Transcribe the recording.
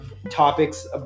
Topics